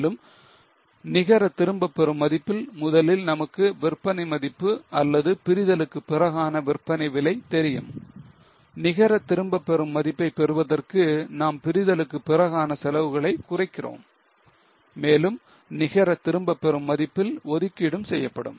மேலும் நிகர திரும்பப்பெறும் மதிப்பில் முதலில் நமக்கு விற்பனை மதிப்பு அல்லது பிரிதலுக்கு பிறகான விற்பனை விலை தெரியும் நிகர திரும்ப பெரும் மதிப்பை பெறுவதற்கு நாம் பிரிதலுக்கு பிறகான செலவுகளைக் குறைக்கிறோம் மேலும் நிகர திரும்பப்பெறும் மதிப்பில் ஒதுக்கீடும் செய்யப்படும்